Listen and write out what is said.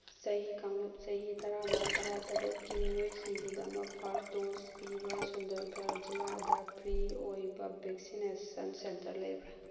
ꯆꯍꯤ ꯀꯥꯡꯂꯨꯞ ꯆꯍꯤ ꯇꯔꯥꯃꯉꯥ ꯇꯔꯥꯇꯔꯦꯠꯀꯤ ꯃꯤꯑꯣꯏꯁꯤꯡꯒꯤꯗꯃꯛ ꯐꯥꯔꯁ ꯗꯣꯁ ꯄꯤꯕ ꯁꯨꯟꯗꯔꯒꯔ ꯖꯤꯂꯥꯗ ꯐ꯭ꯔꯤ ꯑꯣꯏꯕ ꯚꯦꯛꯁꯤꯅꯦꯁꯟ ꯁꯦꯟꯇꯔ ꯂꯩꯕ꯭ꯔꯥ